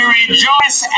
rejoice